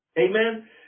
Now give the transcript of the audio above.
Amen